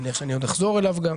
אני מניח שאני עוד אחזור אליו גם.